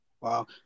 Wow